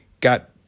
got